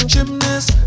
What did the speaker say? Gymnast